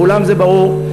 לכולם זה ברור,